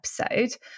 episode